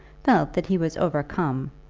felt that he was overcome,